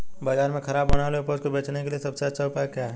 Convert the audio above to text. बाजार में खराब होने वाली उपज को बेचने के लिए सबसे अच्छा उपाय क्या है?